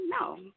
No